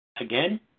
Again